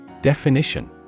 Definition